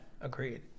agreed